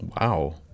Wow